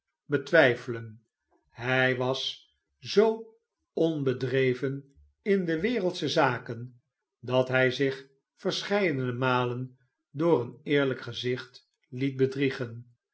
betwijfelen hij was zoo onbedreven in wereldsche zaken dat hij zich verscheidene malen door een eerlijk gezicht liet bedriegen